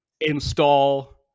install-